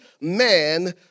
man